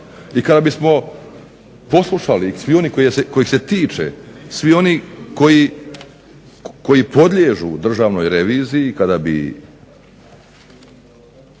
I kada bismo poslušali svi oni kojih se tiče, svi oni koji podliježu državnoj reviziji kada bi